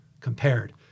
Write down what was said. compared